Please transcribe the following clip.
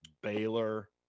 Baylor